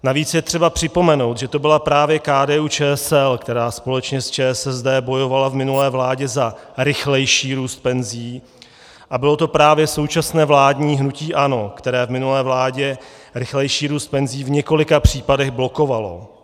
Navíc je třeba připomenout, že to byla právě KDUČSL, která společně s ČSSD bojovala v minulé vládě za rychlejší růst penzí, a bylo to právě současné vládní hnutí ANO, které v minulé vládě rychlejší růst penzí v několika případech blokovalo.